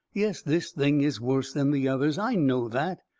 yes, this thing is worse than the others. i know that.